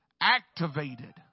activated